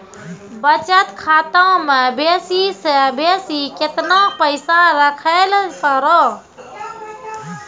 बचत खाता म बेसी से बेसी केतना पैसा रखैल पारों?